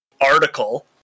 article